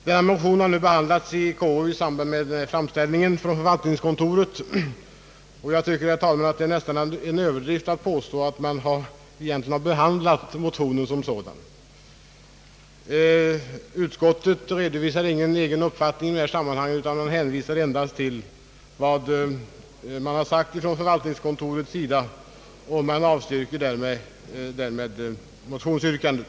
Denna motion har behandlats i konstitutionsutskottet i samband med framställningen från förvaltningskontoret, men jag tycker, herr talman, att det nästan är en överdrift att påstå att utskottet egentligen »behandlat» motionen som sådan. Utskottet redovisar ingen egen uppfattning i detta sammanhang utan hänvisar endast till vad styrelsen för riksdagens förvaltningskontor anfört och avstyrker därmed motionsyrkandet.